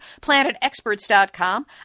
PlanetExperts.com